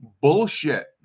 Bullshit